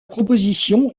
proposition